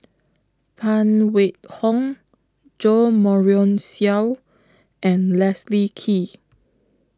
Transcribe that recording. Phan Wait Hong Jo Marion Seow and Leslie Kee